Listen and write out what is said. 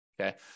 okay